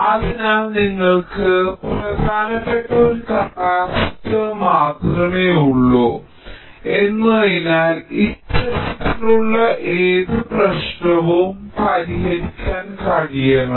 അതിനാൽ നിങ്ങൾക്ക് പ്രധാനപ്പെട്ട ഒരു കപ്പാസിറ്റർ മാത്രമേ ഉള്ളൂ എന്നതിനാൽ ഇത്തരത്തിലുള്ള ഏത് പ്രശ്നവും പരിഹരിക്കാൻ കഴിയണം